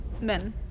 men